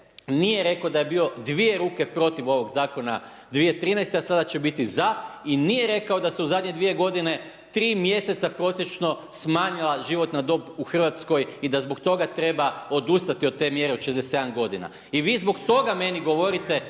nije rekao da je bio dvije ruke protiv ovog zakona 2013., a sada će biti za, i nije rekao da se u zadnje dvije godine tri mjeseca prosječno smanjila životna dob u Hrvatskoj i da zbog toga treba odustati od te mjere od 67 godina. I vi zbog toga meni govorite